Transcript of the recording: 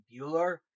Bueller